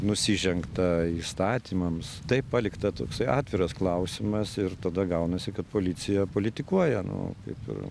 nusižengta įstatymams taip palikta toksai atviras klausimas ir tada gaunasi kad policija politikuoja nu kaip ir